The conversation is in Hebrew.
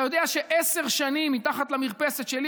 אתה יודע שעשר שנים מתחת למרפסת שלי